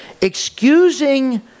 excusing